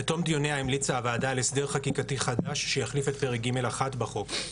בתום דיוניה המליצה הוועדה על הסדר חקיקתי חדש שיחליף את פרק ג(1) בחוק.